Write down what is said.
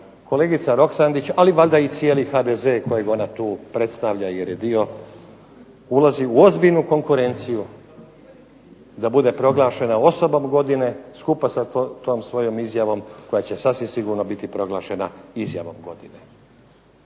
kolegica Roksandić ali valjda i cijeli HDZ kojeg ona tu predstavlja jer je dio, ulazi u ozbiljnu konkurenciju da bude proglašena osobom godine skupa sa tom svojom izjavom koja će sasvim sigurno biti proglašena izjavom godine.